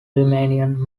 riemannian